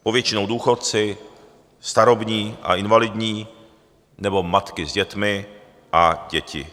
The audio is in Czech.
Povětšinou důchodci, starobní a invalidní, nebo matky s dětmi a děti.